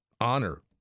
honor